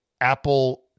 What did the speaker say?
Apple